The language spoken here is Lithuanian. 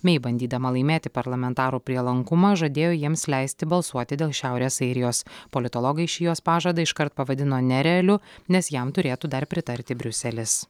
mey bandydama laimėti parlamentaro prielankumą žadėjo jiems leisti balsuoti dėl šiaurės airijos politologai šį jos pažadą iškart pavadino nerealiu nes jam turėtų dar pritarti briuselis